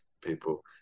people